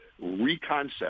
reconcept